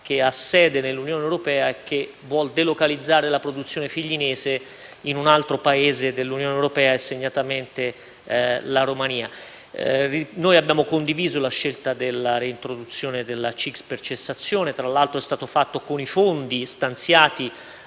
che ha sede nell'Unione europea e che vuole delocalizzare la produzione figlinese in un altro paese dell'Unione europea, segnatamente la Romania. Noi abbiamo condiviso la scelta della reintroduzione della CIGS per cessazione. Tra l'altro, ciò è stato fatto con i fondi stanziati